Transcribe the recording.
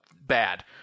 bad